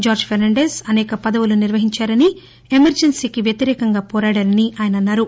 జార్ట్ ఫెర్నాండెస్ అసేక పదవులు నిర్వహించారని ఎమర్టెన్సీకి వ్యతిరేకంగా వోరాడారని అన్సారు